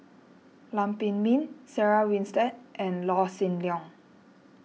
Lam Pin Min Sarah Winstedt and Law Shin Leong